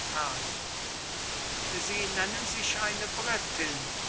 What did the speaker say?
ferdinand sie nennen sich eine brittin